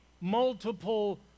multiple